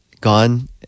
gone